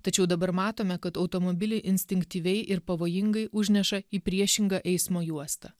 tačiau dabar matome kad automobilį instinktyviai ir pavojingai užneša į priešingą eismo juostą